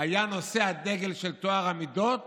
היה נושא הדגל של טוהר המידות